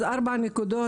אז ארבע נקודות,